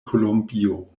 kolombio